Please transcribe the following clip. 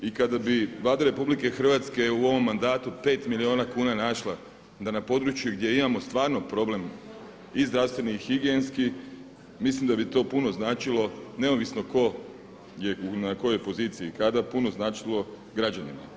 I kada bi Vlada RH u ovom mandatu 5 milijuna kuna našla da na području gdje imamo stvarno problem i zdravstvenih, higijenskih, mislim da bi to puno značilo neovisno tko je na kojoj poziciji, kada puno značilo građanima.